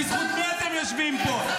בזכות מי אתם יושבים פה?